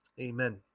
Amen